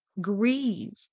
Grieve